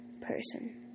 person